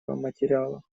материала